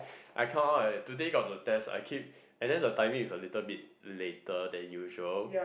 I cannot eh today got the test and then the timing is a little bit later than usual